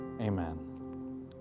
Amen